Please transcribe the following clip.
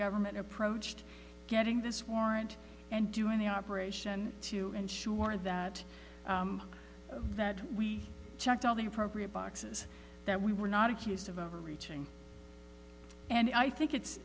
government approached getting this warrant and doing the operation to ensure that we checked all the appropriate boxes that we were not accused of overreaching and i think it's